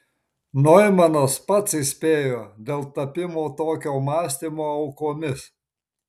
noimanas pats įspėjo dėl tapimo tokio mąstymo aukomis